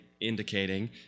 indicating